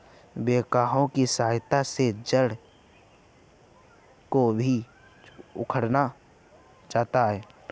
backhoe की सहायता से पेड़ के जड़ को भी उखाड़ा जाता है